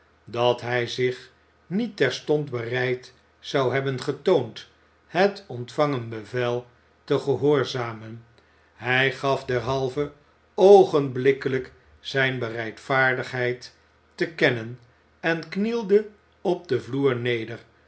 dat hij zich niet terstond bereid zou hebben getoond het ontvangen bevel te gehoorzamen hij gaf derhalve oogenblikkelijk zijn bereidvaardigheid te kennen en knielde op den vloer neder